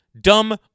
dumb